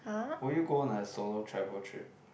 will you go on a solo travel trip